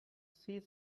see